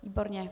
Výborně.